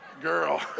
Girl